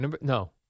No